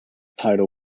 title